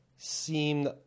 seemed